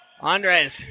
Andres